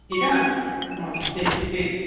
ٹھیک ہے نا ہاں ٹھیک ٹھیک